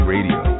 Radio